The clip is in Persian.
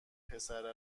پسره